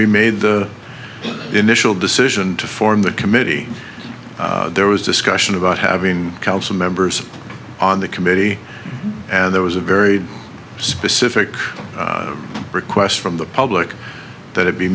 we made the initial decision to form the committee there was discussion about having council members on the committee and there was a very specific request from the public that it be